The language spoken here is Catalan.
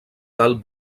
tal